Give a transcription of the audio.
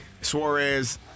Suarez